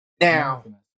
Now